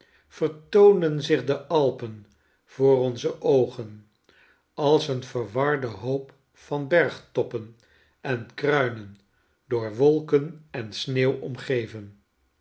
e n voor onze oogen als een verwarde hoop van bergtoppen en kruinen door wolken en sneeuw omgeven